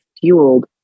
fueled